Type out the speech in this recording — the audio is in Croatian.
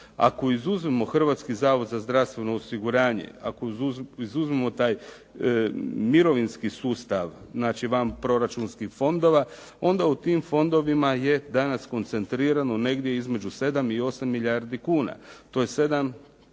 Ako izuzmemo Hrvatski zavod za zdravstveno osiguranje, ako izuzmemo taj mirovinski sustav, znači vanproračunskih fondova, onda u tim fondovima je danas koncentrirano negdje između 7 i 8 milijardi kuna. To je 7 do